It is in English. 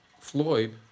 Floyd